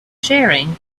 sharing